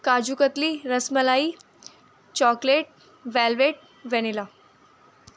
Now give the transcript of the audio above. kaju katli rasmalai chocolate velvet vanilla